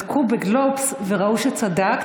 בדקו בגלובס וראו שצדקת,